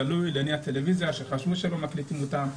שיחה גלויה לעיני הטלוויזיה כשחשבו שלא מקליטים אותם.